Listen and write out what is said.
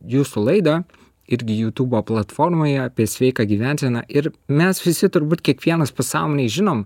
jūsų laidą irgi jutubo platformoje apie sveiką gyvenseną ir mes visi turbūt kiekvienas pasąmonėj žinom